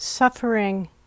Suffering